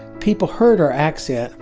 people heard our accent,